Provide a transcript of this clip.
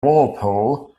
walpole